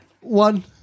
One